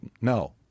no